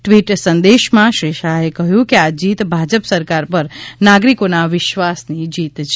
tweet સંદેશમાં શ્રી શાહે કહ્યું કે આ જીત ભાજપ સરકાર પર નાગરિકોના વિશ્વાસની જીત છે